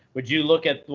would you look at,